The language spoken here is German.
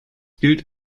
gilt